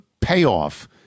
payoff-